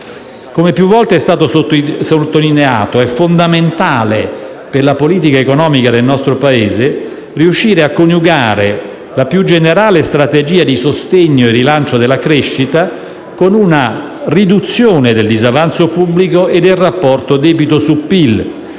Come più volte sottolineato, per la politica economica del nostro Paese è fondamentale riuscire a coniugare la più generale strategia di sostegno e rilancio della crescita con una riduzione del disavanzo pubblico e del rapporto tra debito e PIL,